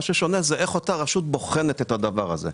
אלא איך אותה הרשות בוחנת את הדבר הזה.